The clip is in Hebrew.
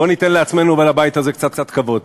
בוא ניתן לעצמנו ולבית הזה קצת כבוד.